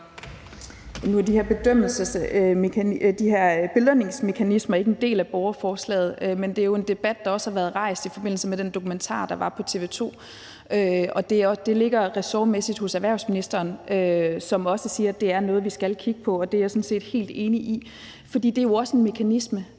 Nu er de her belønningsmekanismer ikke en del af borgerforslaget, men det er jo en debat, der også har været rejst i forbindelse med den dokumentar, der var på TV 2. Det ligger ressortmæssigt hos erhvervsministeren, som også siger, det er noget, vi skal kigge på, og det er jeg sådan set helt enig i. For det er jo også en mekanisme,